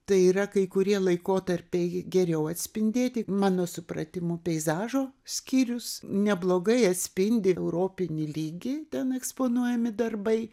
tai yra kai kurie laikotarpiai geriau atspindėti mano supratimu peizažo skyrius neblogai atspindi europinį lygį ten eksponuojami darbai